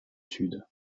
sud